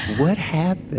what happened?